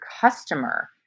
customer